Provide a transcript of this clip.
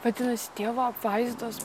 vadinasi dievo apvaizdos